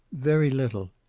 very little.